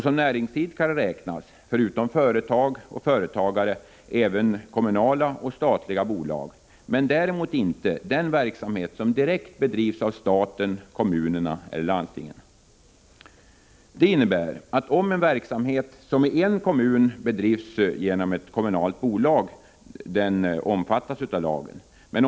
Som näringsidkare räknas förutom företag och företagare även kommunala och statliga bolag men däremot inte den verksamhet som direkt bedrivs av staten, kommunerna eller landstingen. Det innebär att en verksamhet som i en kommun drivs genom ett kommunalt bolag omfattas av lagen.